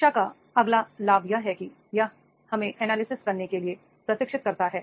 शिक्षा का अगला लाभ यह है कि यह हमें एनालिसिस करने के लिए प्रशिक्षित करता है